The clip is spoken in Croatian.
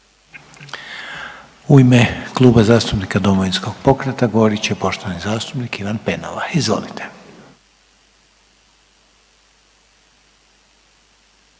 U ime Kluba zastupnika Domovinskog pokreta govorit će poštovani zastupnik Ivan Penava. Izvolite.